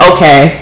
Okay